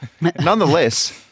Nonetheless